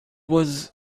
was